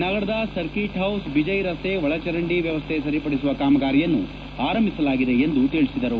ನಗರದ circuit house Bejai ರಸ್ತೆ ಒಳಚರಂಡಿ ವ್ಯವಸ್ಥೆ ಸರಿಪಡಿಸುವ ಕಾಮಗಾರಿಯನ್ನು ಆರಂಭಿಸಲಾಗಿದೆ ಎಂದು ಅವರು ಹೇಳಿದರು